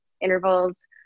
intervals